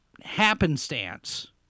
happenstance